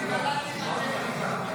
אני קלטתי את הטכניקה.